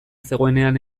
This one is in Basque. zegoenean